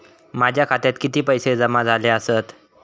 माझ्या खात्यात किती पैसे जमा झाले आसत?